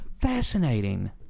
fascinating